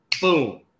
boom